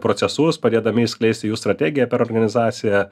procesus padėdami išskleisti jų strategiją per organizaciją